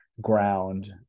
ground